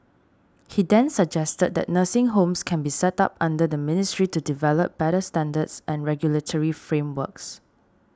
he then suggested that nursing homes can be set up under the ministry to develop better standards and regulatory frameworks